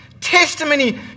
testimony